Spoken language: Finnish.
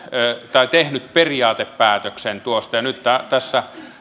tehnyt periaatepäätöksen tuosta ja nyt